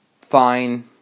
fine